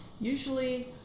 usually